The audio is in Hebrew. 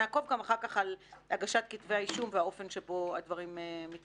נעקוב גם אחר כך על הגשת כתבי האישום והאופן שבו הדברים מתפתחים.